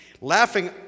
Laughing